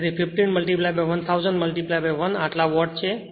તેથી 15 1000 1 આટલા વોટ છે